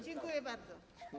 Dziękuję bardzo.